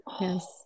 yes